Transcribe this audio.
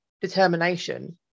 determination